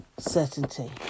certainty